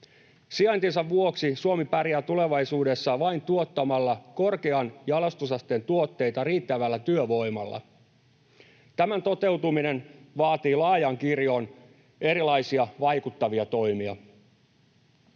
Sijaintinsa vuoksi Suomi pärjää tulevaisuudessa vain tuottamalla korkean jalostusasteen tuotteita riittävällä työvoimalla. Tämän toteutuminen vaatii laajan kirjon erilaisia vaikuttavia toimia.